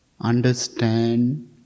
Understand